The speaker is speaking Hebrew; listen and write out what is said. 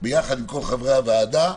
ביחד עם כל חברי הוועדה,